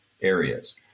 areas